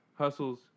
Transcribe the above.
hustles